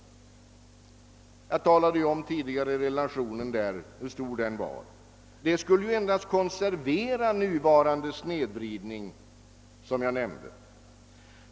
Jag har tidigare nämnt vilken relation som därvid skulle gälla. En sådan ordning skulle endast konservera den nuvarande snedvridningen.